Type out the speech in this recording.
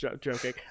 joking